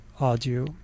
audio